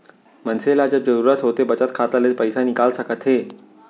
मनसे ल जब जरूरत होथे बचत खाता ले पइसा निकाल सकत हे